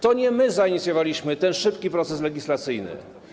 To nie my zainicjowaliśmy ten szybki proces legislacyjny.